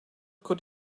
could